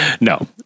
No